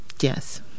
Yes